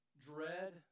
dread